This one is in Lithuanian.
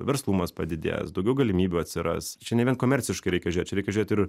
verslumas padidės daugiau galimybių atsiras čia ne vien komerciškai reikia žiūrėt čia reikia žiūrėt ir